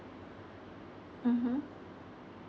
mmhmm